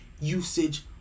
usage